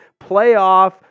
playoff